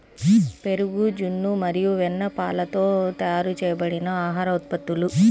పెరుగు, జున్ను మరియు వెన్నపాలతో తయారు చేయబడిన ఆహార ఉత్పత్తులు